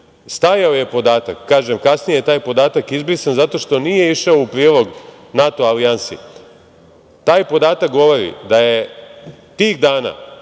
stajao je podatak, kažem kasnije je taj podatak izbrisan zato što nije išao u prilog NATO alijansi, a taj podatak govori da je tih dana,